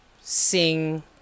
sing